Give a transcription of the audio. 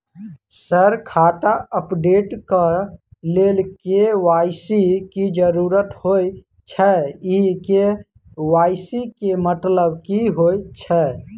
Sir खाता update करऽ लेल के.वाई.सी की जरुरत होइ छैय इ के.वाई.सी केँ मतलब की होइ छैय?